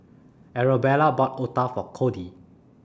Arabella bought Otah For Cody